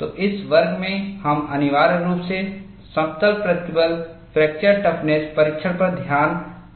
तो इस वर्ग में हम अनिवार्य रूप से समतल प्रतिबल फ्रैक्चर टफनेस परीक्षण पर ध्यान